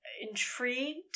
intrigued